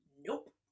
Nope